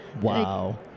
Wow